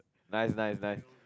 nice nice nice